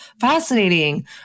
fascinating